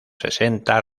sesenta